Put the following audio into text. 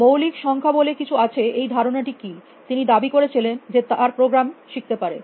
মৌলিক সংখ্যা বলে কিছু আছে এই ধারণাটি কী তিনি দাবি করেছিলেন যে তার প্রোগ্রাম শিখতে পারে